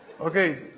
Okay